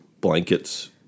blankets